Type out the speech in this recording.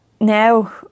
now